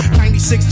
96